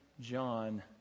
John